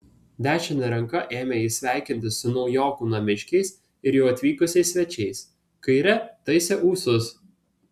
dešine ranka ėmė jis sveikintis su naujokų namiškiais ir jau atvykusiais svečiais kaire taisė ūsus